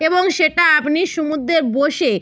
এবং সেটা আপনি সমুদ্রে বসে